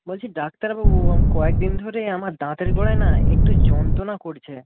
বলছি ডাক্তারবাবু আমি কয়েকদিন ধরেই আমার দাঁতের গোড়ায় না একটু যন্ত্রণা করছে